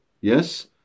yes